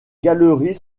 galeries